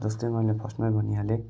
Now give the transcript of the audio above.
जस्तै मैले फस्टमा भनिहालेँ